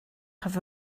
have